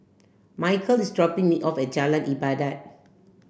Mykel is dropping me off at Jalan Ibadat